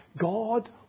God